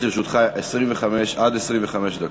לרשותך עד 25 דקות.